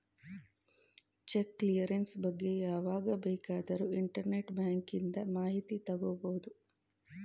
check clearance ಬಗ್ಗೆ ಯಾವಾಗ ಬೇಕಾದರೂ ಇಂಟರ್ನೆಟ್ ಬ್ಯಾಂಕಿಂದ ಮಾಹಿತಿ ತಗೋಬಹುದು